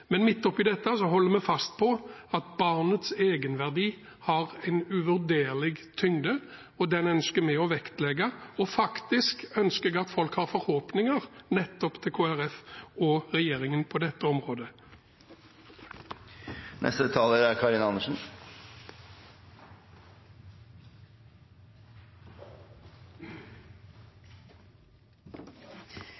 Men midt oppi dette holder vi fast på at barnets egenverdi har en uvurderlig tyngde, og den ønsker vi å vektlegge. Og faktisk ønsker jeg at folk har forhåpninger – nettopp til Kristelig Folkeparti og regjeringen – på dette området. Ja, det er